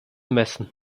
messen